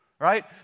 right